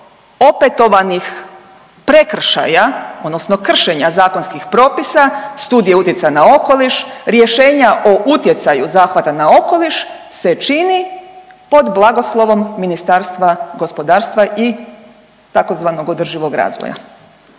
opetovanih prekršaja odnosno kršenja zakonskih propisa studije utjecaja na okoliš, rješenja o utjecaju zahvata na okoliš se čini pod blagoslovom Ministarstva gospodarstva i tzv. održivog razvoja?